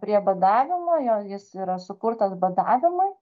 prie badavimo jo jis yra sukurtas badavimui